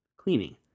cleaning